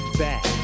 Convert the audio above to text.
back